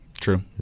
true